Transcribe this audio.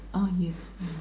oh yes ya